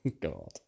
God